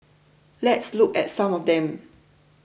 let's look at some of them